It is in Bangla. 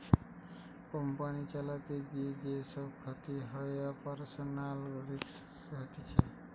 কোম্পানি চালাতে গিলে যে সব ক্ষতি হয়ে অপারেশনাল রিস্ক হতিছে